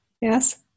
Yes